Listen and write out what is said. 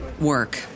work